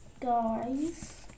guys